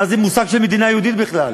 מה זה המושג של מדינה יהודית בכלל?